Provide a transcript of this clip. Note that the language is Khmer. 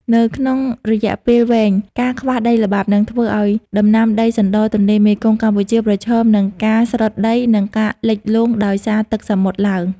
នៅក្នុងរយៈពេលវែង ការខ្វះដីល្បាប់នឹងធ្វើឱ្យតំបន់ដីសណ្ដរទន្លេមេគង្គកម្ពុជាប្រឈមនឹងការស្រុតដី និងការលិចលង់ដោយសារទឹកសមុទ្រឡើង។